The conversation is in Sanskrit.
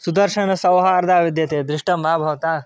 सुदर्शनसौहार्द विद्यते दृष्टं वा भवता